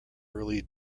early